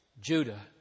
Judah